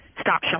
stop